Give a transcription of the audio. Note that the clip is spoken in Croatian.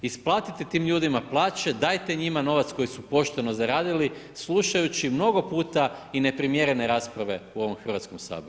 Isplatite tim ljudima plaće, dajte njima novac koji su pošteno zaradili, slušajući mnogo puta i neprimjerene rasprave u ovom Hrvatskom saboru.